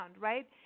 right